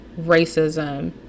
racism